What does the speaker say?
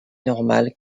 normales